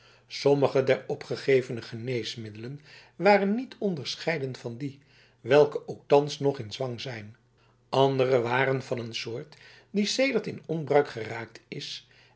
sommige der opgegevene geneesmiddelen waren niet onderscheiden van die welke ook thans nog in zwang zijn andere waren van een soort die sedert in onbruik geraakt is